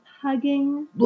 hugging